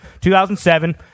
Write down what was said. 2007